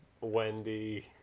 Wendy